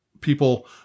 people